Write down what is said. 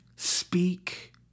Speak